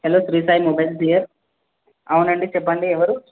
hello Sri Sai mobiles here అవునండి చెప్పండి ఎవరు